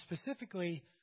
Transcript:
specifically